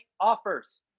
offers